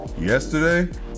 Yesterday